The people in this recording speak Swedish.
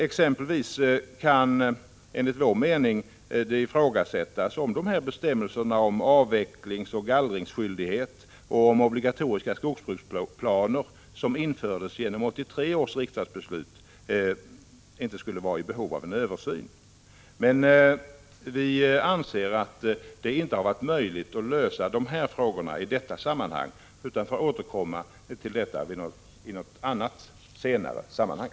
Exempelvis kan det enligt vår mening ifrågasättas om inte de bestämmelser om avverkningsoch gallringsskyldighet och om obligatoriska skogsbruksplaner som infördes genom 1983 års riksdagsbeslut kunde vara i behov av en översyn. Men vi anser att det inte har varit möjligt att lösa dessa frågor i detta sammanhang utan att vi får återkomma till dem senare i något annat sammanhang.